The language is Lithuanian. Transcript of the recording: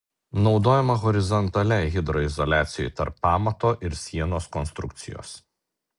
naudojama horizontaliai hidroizoliacijai tarp pamato ir sienos konstrukcijos